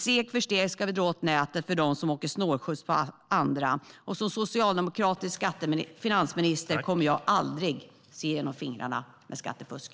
Steg för steg ska vi dra åt näten för dem som åker snålskjuts på andra. Och som socialdemokratisk finansminister kommer jag aldrig att se genom fingrarna med skattefusk.